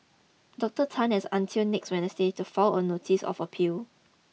Doctor Tan has until next Wednesday to file a notice of appeal